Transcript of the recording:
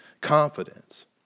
confidence